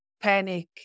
panic